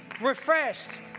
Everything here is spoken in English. refreshed